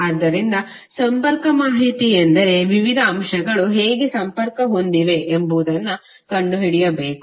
ಆದ್ದರಿಂದ ಸಂಪರ್ಕ ಮಾಹಿತಿ ಎಂದರೆ ವಿವಿಧ ಅಂಶಗಳು ಹೇಗೆ ಸಂಪರ್ಕ ಹೊಂದಿವೆ ಎಂಬುದನ್ನು ಕಂಡುಹಿಡಿಯಬೇಕು